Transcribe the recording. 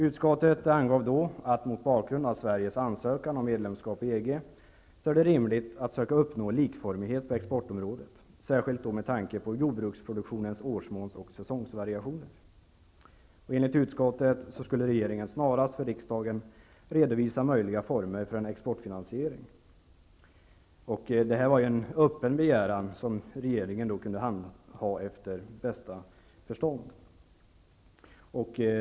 Utskottet angav då att det mot bakgrund av Sveriges ansökan om medlemskap i EG, är rimligt att söka uppnå likformighet på exportområdet, särskilt med tanke på jordbruksproduktionens årsmåns och säsongsvariationer. Enligt utskottet skulle regeringen snarast för riksdagen redovisa möjliga former för en exportfinansiering. Detta var en öppen begäran som regeringen kunde handha efter bästa förmåga.